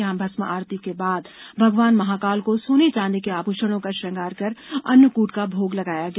यहां भस्म आरती के बाद भगवान महाकाल को सोने चांदी के आभूषणों का श्रृंगार कर अन्नकूट का भोग लगाया गया